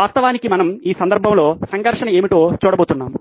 వాస్తవానికి మనం ఈ సందర్భంలో సంఘర్షణ ఏమిటో చూడబోతున్నాం